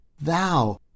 thou